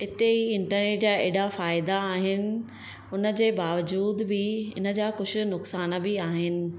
इते ई इंटरनेट जा एॾा फ़ाइदा आहिनि उन जे बावजूद बि इन जा कुझु नुक़सान बि आहिनि